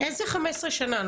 איזה 15 שנה?